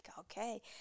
okay